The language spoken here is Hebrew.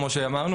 כמו שאמרנו,